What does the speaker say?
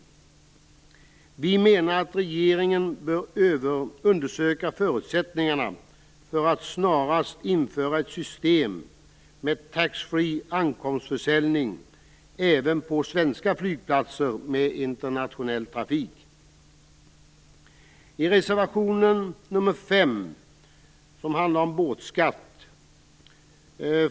Vi menar att regeringen bör undersöka förutsättningarna för att snarast införa ett system med taxfree ankomstförsäljning även på svenska flygplatser med internationell trafik. Reservation nr 5 handlar om båtskatt.